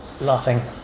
laughing